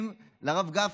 אם לרב גפני,